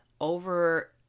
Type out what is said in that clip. Over